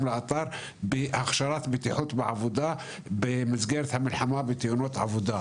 לאתר בהכשרת בטיחות בעבודה במסגרת המלחמה בתאונות עבודה,